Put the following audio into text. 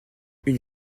une